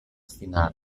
final